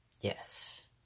Yes